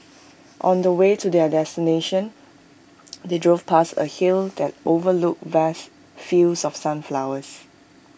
on the way to their destination they drove past A hill that overlooked vast fields of sunflowers